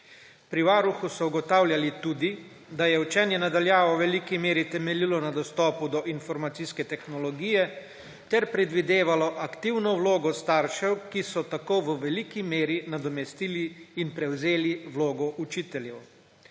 Pri Varuhu so ugotavljali tudi, da je učenje na daljavo v veliki meri temeljilo na dostopu do informacijske tehnologije ter predvidevalo aktivno vlogo staršev, ki so tako v veliki meri nadomestili in prevzeli vlogo učiteljev.